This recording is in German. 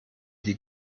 die